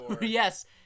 Yes